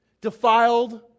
defiled